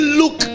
look